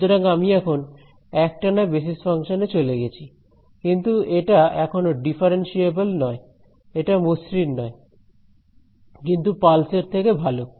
সুতরাং আমি এখন একটানা বেসিস ফাংশন এ চলে গেছি কিন্তু এটা এখনো ডিফারেন্সিএবেল নয় এটা মসৃণ নয় কিন্তু পালস এর থেকে ভালো